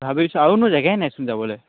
ভাবিছোঁ আৰু নো জেগাই নাই চোন যাবলৈ